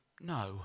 no